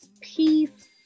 Peace